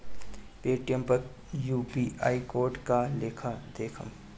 Paytm पर UPI code के लेखा देखम?